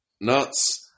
nuts